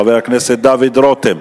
חבר הכנסת דוד רותם.